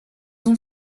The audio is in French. ont